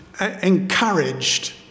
encouraged